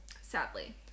Sadly